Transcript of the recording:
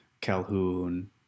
Calhoun